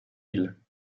île